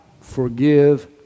forgive